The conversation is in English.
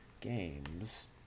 Games